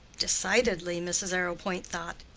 decidedly, mrs. arrowpoint thought,